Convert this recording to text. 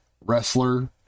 wrestler